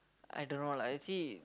I don't know lah actually